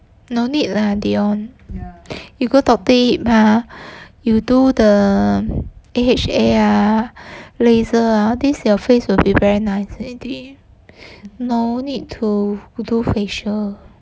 no need lah dion you go doctor yip !huh! you do the A_H_A ah laser ah this your face will be very nice already no need to do facial